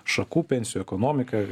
šakų pensijų ekonomika